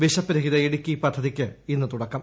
പിശപ്പ് രഹിത ഇടുക്കി പദ്ധതിക്ക് ഇന്ന് തുടക്കം